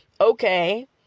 okay